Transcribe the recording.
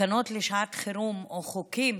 תקנות לשעת חירום או חוקים